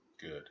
Good